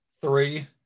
Three